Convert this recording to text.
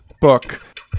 book